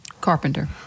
Carpenter